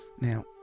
now